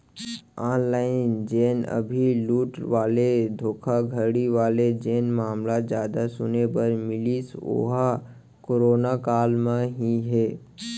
online जेन अभी लूट वाले धोखाघड़ी वाले जेन मामला जादा सुने बर मिलिस ओहा करोना काल म ही हे